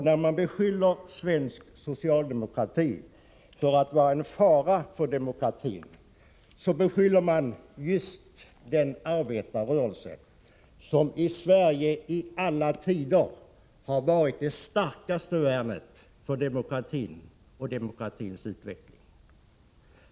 När man beskyller svensk socialdemokrati för att vara en fara för demokratin, beskyller man den arbetarrörelse som i Sverige i alla tider har varit det starkaste värnet för demokratin och demokratins utveckling.